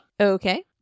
Okay